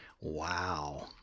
wow